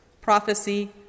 prophecy